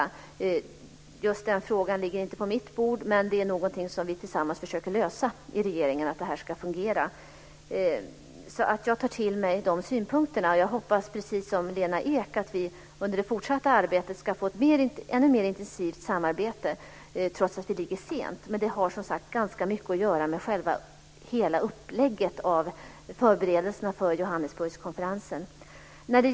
Just den frågan ligger inte på mitt bord, men vi försöker i regeringen tillsammans se till att det här ska fungera. Jag tar alltså till mig dessa synpunkter och hoppas precis som Lena Ek att vi under det fortsatta arbetet ska få en ännu mer intensiv samverkan, trots att vi är sent ute. Detta har dock, som sagt, ganska mycket att göra med hela uppläggningen av förberedelserna för Johannesburgkonferensen.